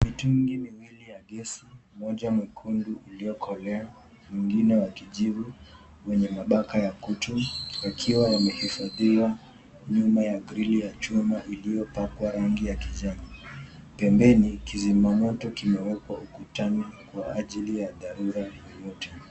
Mitungi miwili ya gesi, moja nyekundu iliyokolea ingine ya kijivu yenye mabaka ya kutu yakiwa yamehifanyiwa nyuma ya grilli ya chuma iliyopakwa rangi ya kijani. Pembeni kizima moto kimewekwa ukutani kwa ajili ya dharura ya moto.